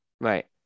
right